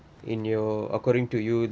in your according to you